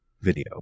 video